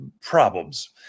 problems